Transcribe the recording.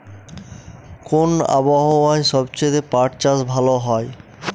কোন আবহাওয়ায় সবচেয়ে পাট চাষ ভালো হয়?